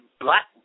Black